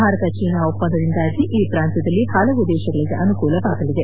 Bharat China ಒಪ್ಪಂದದಿಂದಾಗಿ ಈ ಪ್ರಾಂತ್ಲದಲ್ಲಿ ಹಲವು ದೇಶಗಳಿಗೆ ಅನುಕೂಲವಾಗಲಿದೆ